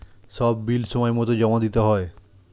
সব বিল সময়মতো জমা দিতে হয়